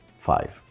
five